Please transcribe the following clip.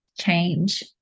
change